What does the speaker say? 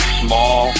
small